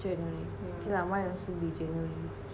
january okay lah mine also be january